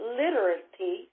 literacy